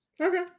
Okay